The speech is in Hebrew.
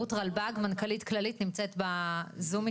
רות רלבג, מנכ"לית כללית, נמצאת איתנו בזום.